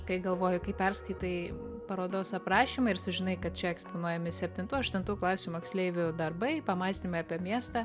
kai galvoji kai perskaitai parodos aprašymą ir sužinai kad čia eksponuojami septintų aštuntų klasių moksleivių darbai pamąstymai apie miestą